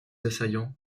assaillants